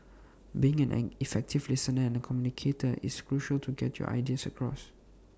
being an effective listener and communicator is crucial to get your ideas across